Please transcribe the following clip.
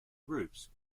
groups